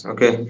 Okay